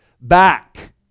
back